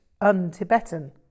un-Tibetan